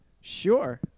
Sure